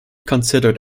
considered